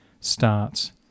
starts